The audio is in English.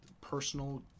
personal